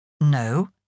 No